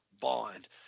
bond